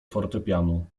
fortepianu